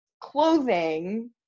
clothing